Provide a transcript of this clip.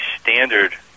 standard